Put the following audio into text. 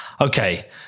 Okay